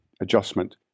adjustment